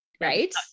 right